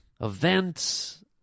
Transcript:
events